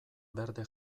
berde